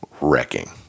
wrecking